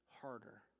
harder